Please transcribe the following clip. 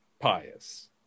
pious